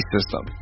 System